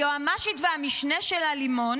היועמ"שית והמשנה שלה, לימון,